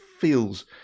feels